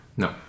No